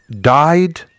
died